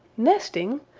nesting!